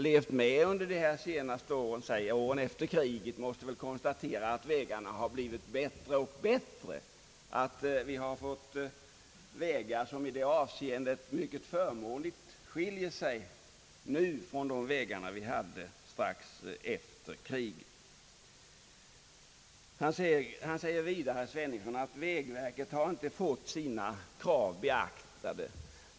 Den som ändå har levt med under åren efter kriget måste väl konstatera, att vägarna har blivit bättre och bättre, att vi har fått vägar som mycket förmånligt skiljer sig från dem vi hade strax efter kriget. Herr Sveningsson säger vidare, att vägverket inte har fått sina krav beaktade.